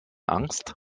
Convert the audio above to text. angst